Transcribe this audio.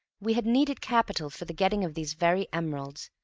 we had needed capital for the getting of these very emeralds,